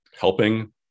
Helping